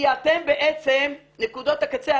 כי אתם בעצם נקודות הקצה.